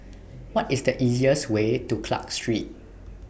What IS The easiest Way to Clarke Street